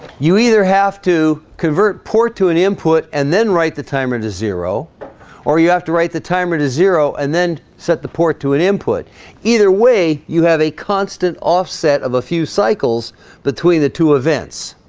you either have to convert port to an input and then write the timer to zero or you have to write the timer to zero and then set the port to an input either way you have a constant offset of a few cycles between the two events